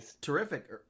terrific